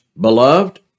Beloved